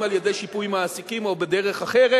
אם על-ידי שיפוי מעסיקים או בדרך אחרת.